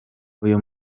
uyu